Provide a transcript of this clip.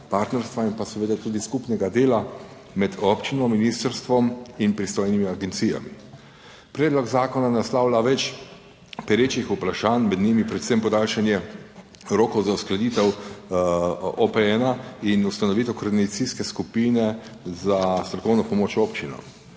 in pa seveda tudi skupnega dela med občino, ministrstvom in pristojnimi agencijami. Predlog zakona naslavlja več perečih vprašanj, med njimi predvsem podaljšanje rokov za uskladitev OPN in ustanovitev koordinacijske skupine za strokovno pomoč občinam,